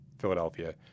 Philadelphia